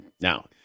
Now